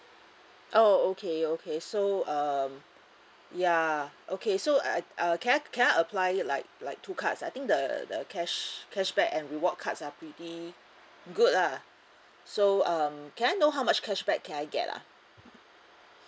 oh okay okay so um ya okay so I uh can I can I apply it like like two cards I think the the cash cashback and reward cards are pretty good lah so um can I know how much cashback can I get ah